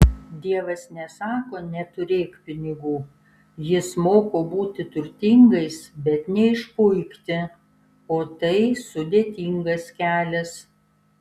dievas nesako neturėk pinigų jis moko būti turtingais bet neišpuikti o tai sudėtingas kelias